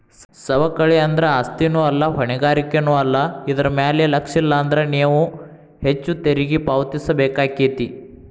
ಸವಕಳಿ ಅಂದ್ರ ಆಸ್ತಿನೂ ಅಲ್ಲಾ ಹೊಣೆಗಾರಿಕೆನೂ ಅಲ್ಲಾ ಇದರ್ ಮ್ಯಾಲೆ ಲಕ್ಷಿಲ್ಲಾನ್ದ್ರ ನೇವು ಹೆಚ್ಚು ತೆರಿಗಿ ಪಾವತಿಸಬೇಕಾಕ್ಕೇತಿ